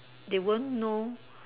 they won't know